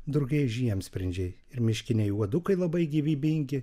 drugiai žiemsprindžiai ir miškiniai uodukai labai gyvybingi